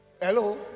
Hello